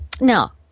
Now